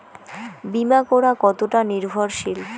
বীমা করা কতোটা নির্ভরশীল?